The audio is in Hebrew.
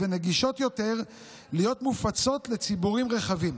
ונגישות יותר להיות מופצות לציבורים רחבים.